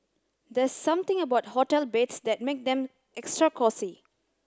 there's something about hotel beds that make them extra cosy